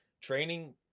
training